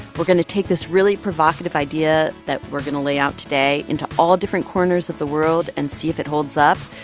we're going to take this really provocative idea that we're going to lay out today into all different corners of the world and see if it holds up.